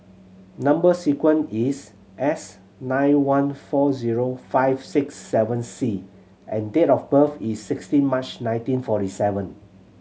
number sequence is S nine one four zero five six seven C and date of birth is sixteen March nineteen forty seven